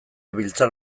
biltzar